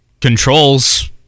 controls